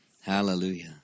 Hallelujah